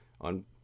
On